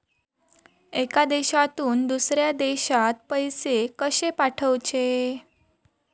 एका देशातून दुसऱ्या देशात पैसे कशे पाठवचे?